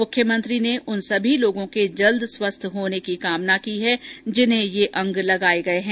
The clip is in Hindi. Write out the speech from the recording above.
मुख्यमंत्री ने उन सभी लोगों के जल्द स्वस्थ होने की कामना की है जिन्हें ये अंग लगाये गये है